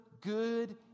good